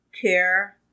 care